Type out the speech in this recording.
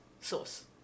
sauce